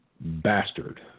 bastard